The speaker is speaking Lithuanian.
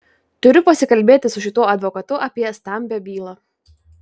turiu pasikalbėti su šituo advokatu apie stambią bylą